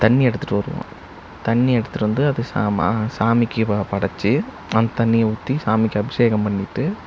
தண்ணி எடுத்துட்டு வருவோம் தண்ணி எடுத்துட்டு வந்து அதை சாமா சாமிக்குப் ப படைத்து அந்தத் தண்ணியை ஊற்றி சாமிக்கு அபிஷேகம் பண்ணிட்டு